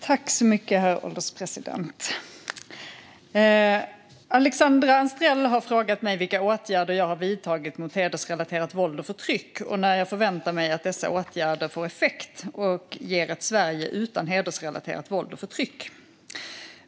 Herr ålderspresident! Alexandra Anstrell har frågat mig vilka åtgärder jag har vidtagit mot hedersrelaterat våld och förtryck och när jag förväntar mig att dessa åtgärder får effekt och ger ett Sverige utan hedersrelaterat våld och förtryck.